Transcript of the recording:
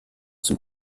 zum